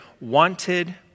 wanted